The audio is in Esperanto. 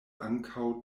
ankaŭ